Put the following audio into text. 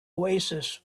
oasis